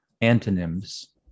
antonyms